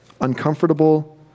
uncomfortable